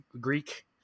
Greek